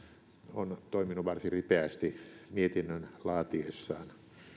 on toiminut varsin ripeästi mietinnön laatiessaan